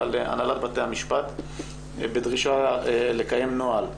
להנהלת בתי המשפט והמשטרה בדרישה לקיים נוהל.